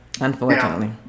unfortunately